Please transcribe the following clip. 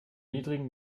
niedrigen